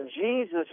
Jesus